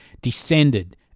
descended